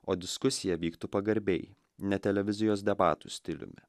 o diskusija vyktų pagarbiai net televizijos debatų stiliumi